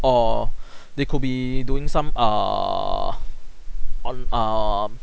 or they could be doing some uh on err